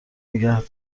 نگه